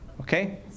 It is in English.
Okay